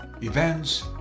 events